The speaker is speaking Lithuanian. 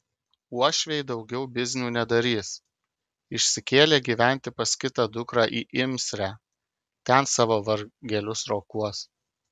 uošviai daugiau biznių nedarys išsikėlė gyventi pas kitą dukrą į imsrę ten savo vargelius rokuos